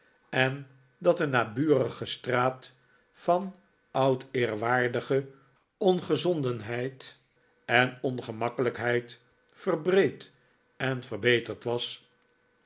en dat een naburige straat van oud eerwaardige ongezondenheid en ongemakkelijkheid verbreed en verbeterd was